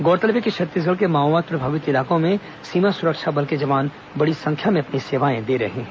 गौरतलब है कि छत्तीसगढ़ के माओवाद प्रभावित इलाकों में सीमा सुरक्षा बल के जवान बड़ी संख्या में अपनी सेवाएं दे रहे हैं